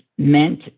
meant